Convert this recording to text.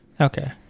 Okay